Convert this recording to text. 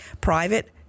private